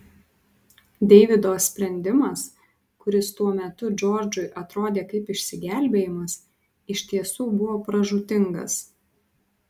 deivido sprendimas kuris tuo metu džordžui atrodė kaip išsigelbėjimas iš tiesų buvo pražūtingas